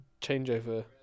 changeover